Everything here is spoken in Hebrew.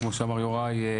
כמו שאמר יוראי,